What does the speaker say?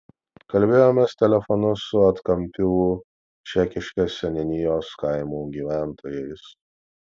kalbėjomės telefonu su atkampių čekiškės seniūnijos kaimų gyventojais